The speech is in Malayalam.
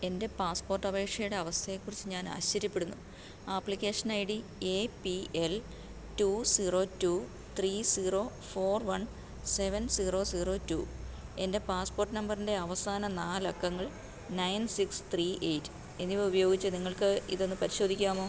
എൻ്റെ പാസ്പോർട്ട് അപേക്ഷയുടെ അവസ്ഥയെക്കുറിച്ച് ഞാൻ ആശ്ചര്യപ്പെടുന്നു application I D A P L two zero two three zero four one seven zero zero two എൻ്റെ പാസ്പോർട്ട് നമ്പറിൻ്റെ അവസാന നാല് അക്കങ്ങൾ നൈൺ സിക്സ് ത്രീ എയിറ്റ് എന്നിവ ഉപയോഗിച്ച് നിങ്ങൾക്ക് ഇത് ഒന്ന് പരിശോധിക്കാമോ